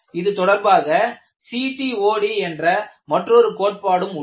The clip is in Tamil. இது தொடர்பாக CTOD என்ற மற்றொரு கோட்பாடும் உள்ளது